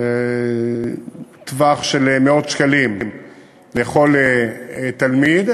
טווח של מאות שקלים לכל תלמיד,